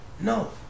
No